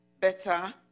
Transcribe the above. better